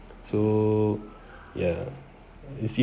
so ya assume